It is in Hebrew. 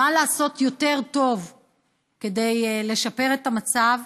מה לעשות יותר טוב כדי לשפר את המצב,